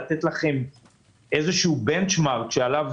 לתת לכם איזשהו בנצ'מרק שעליו